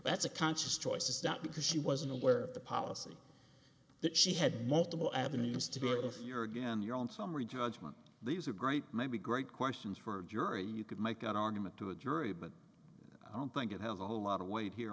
that's a conscious choice to stop because she wasn't aware of the policy that she had multiple avenues to beautiful your again your own summary judgment these are great maybe great questions for a jury you could make an argument to a jury but i don't think it had a whole lot of weight here